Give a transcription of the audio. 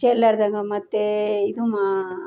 ಚೆಲ್ಲಲ್ಲಾರ್ದಾಗ ಮತ್ತೆ ಇದು ಮಾ